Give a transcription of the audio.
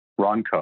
Ronco